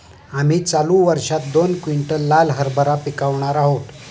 आम्ही चालू वर्षात दोन क्विंटल लाल हरभरा पिकावणार आहोत